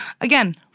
Again